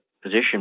Position